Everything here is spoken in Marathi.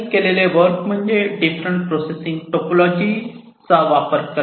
केलेले वर्क म्हणजे डिफरंट प्रोसेसिंग टोपोलॉजी वापर करणे